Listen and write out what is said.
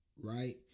right